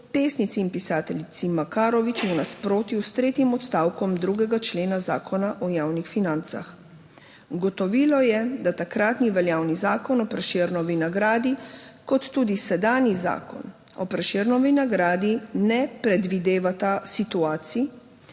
pesnici in pisateljici Makarovič, v nasprotju s tretjim odstavkom 2. člena Zakona o javnih financah Ugotovilo je, da takratni veljavni Zakon o Prešernovi nagradi, kot tudi sedanji Zakon o Prešernovi nagradi, ne predvidevata situaciji,